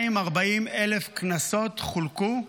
240,000 קנסות חולקו,